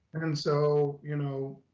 and and so, you know,